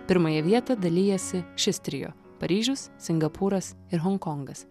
pirmąją vietą dalijasi šis trio paryžius singapūras ir honkongas